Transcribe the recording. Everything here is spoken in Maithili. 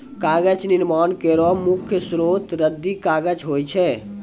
कागज निर्माण केरो मुख्य स्रोत रद्दी कागज होय छै